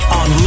on